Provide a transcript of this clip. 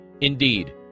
Indeed